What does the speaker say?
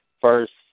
first